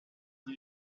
one